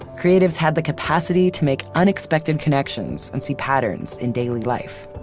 creatives had the capacity to make unexpected connections and see patterns in daily life,